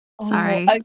Sorry